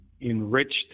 enriched